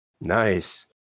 Nice